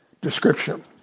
description